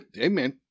amen